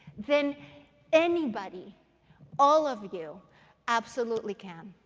then anybody all of you absolutely can.